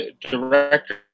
director